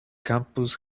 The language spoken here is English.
campus